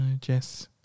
Jess